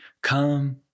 Come